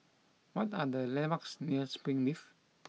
what are the landmarks near Springleaf